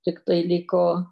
tiktai liko